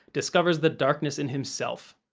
discovers the darkness in himself.